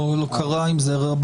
לא קרה עם זה רבות.